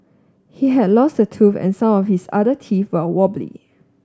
he had lost a tooth and some of his other teeth were wobbly